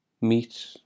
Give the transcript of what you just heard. meat